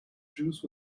juice